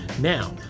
Now